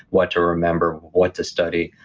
what to remember, what to study,